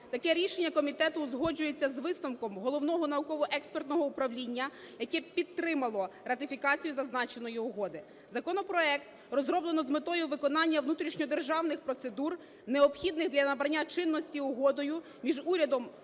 Таке рішення комітету узгоджується з висновком Головного науково-експертного управління, яке підтримало ратифікацію зазначеної угоди. Законопроект розроблено з метою виконання внутрішньодержавних процедур, необхідних для набрання чинності Угодою між Урядом